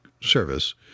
service